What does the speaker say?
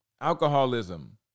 Alcoholism